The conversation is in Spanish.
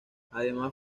además